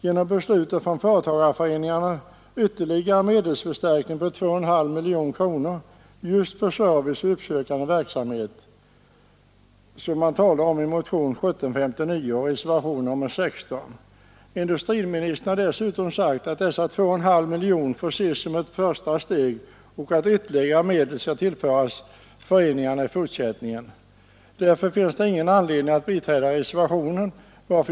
Genom beslutet får företagarföreningarna ytterligare medelsförstärkning på 2,5 miljoner kronor för service och uppsökande verksamhet, som man talar om i motion nr 1759 och reservation nr 16. Industriministern har dessutom sagt att dessa 2,5 miljoner får ses som ett första steg och att ytterligare medel skall tillföras föreningarna i fortsättningen. Därför finns det ingen anledning att biträda reservationen.